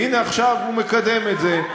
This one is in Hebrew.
והנה עכשיו הוא מקדם את זה.